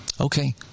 Okay